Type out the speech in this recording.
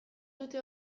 dute